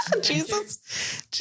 Jesus